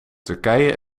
turkije